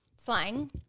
slang